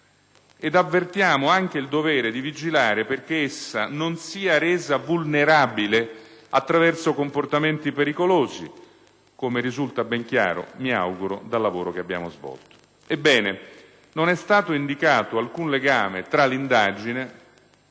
Ed avvertiamo anche il dovere di vigilare perché essa non sia resa vulnerabile attraverso comportamenti pericolosi, come risulta ben chiaro - mi auguro - dal lavoro che abbiamo svolto. Ebbene: non è stato indicato alcun legame tra l'indagine